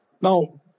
Now